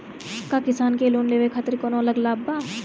का किसान के लोन लेवे खातिर कौनो अलग लाभ बा?